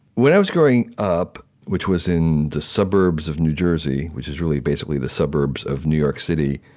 when i was growing up, which was in the suburbs of new jersey, which is really, basically, the suburbs of new york city,